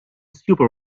super